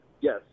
Yes